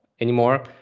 anymore